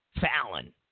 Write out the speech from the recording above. Fallon